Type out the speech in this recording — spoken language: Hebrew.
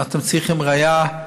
אם אתם צריכים ראיה,